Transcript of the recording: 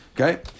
Okay